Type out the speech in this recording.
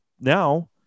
now